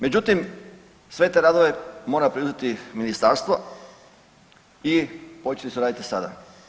Međutim, sve te radove mora preuzeti ministarstvo i počeli su raditi sada.